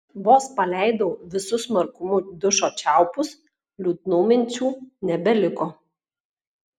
vos paleidau visu smarkumu dušo čiaupus liūdnų minčių nebeliko